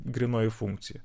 grynoji funkcija